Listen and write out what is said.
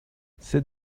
sit